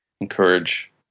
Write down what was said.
encourage